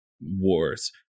wars